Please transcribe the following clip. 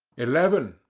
eleven,